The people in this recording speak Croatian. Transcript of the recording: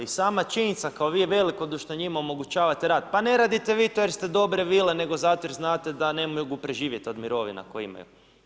I sama činjenica kao vi velikodušno njima omogućavate rad, pa ne radite vi to jer ste dobre vile nego zato jer znate da ne mogu preživjeti od mirovina koje imaju.